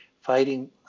fighting